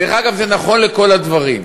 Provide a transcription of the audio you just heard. דרך אגב, זה נכון לכל הדברים.